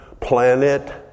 planet